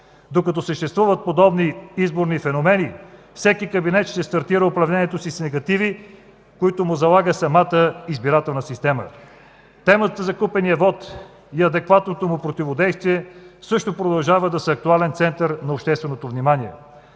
Докато съществуват подобни изборни феномени, всеки кабинет ще стартира управлението си с негативи, които му залага самата избирателна система. Темата за купения вот и адекватното му противодействие също продължават да са актуален център на общественото внимание.